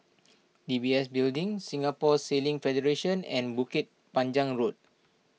D B S Building Singapore Sailing Federation and Bukit Panjang Road